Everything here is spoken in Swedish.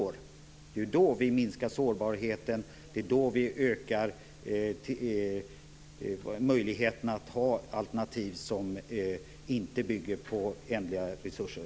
Det är ju då som vi minskar sårbarheten och ökar möjligheterna att använda alternativ som inte bygger på ändliga resurser.